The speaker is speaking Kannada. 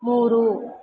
ಮೂರು